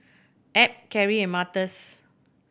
Ab Keri and Martez